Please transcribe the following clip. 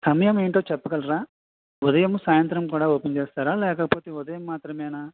సమయం ఏంటో చెప్పగలరా ఉదయం సాయంత్రం కూడా ఓపెన్ చేస్తారా లేకపోతే ఉదయం మాత్రమేనా